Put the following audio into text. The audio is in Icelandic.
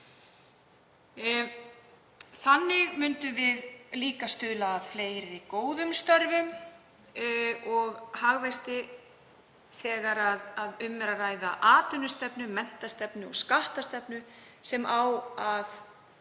Þannig myndum við líka stuðla að fleiri góðum störfum og hagvexti þegar um er að ræða atvinnustefnu, menntastefnu og skattstefnu sem eiga